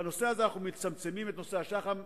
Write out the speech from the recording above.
בנושא הזה, אנחנו מצמצמים את נושא שח"מ.